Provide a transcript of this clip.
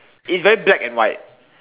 it's very black and white